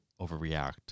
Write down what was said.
overreact